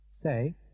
Say